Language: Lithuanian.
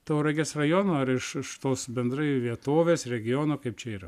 tauragės rajono ar iš iš tos bendrai vietovės regiono kaip čia yra